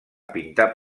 pintar